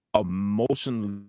emotionally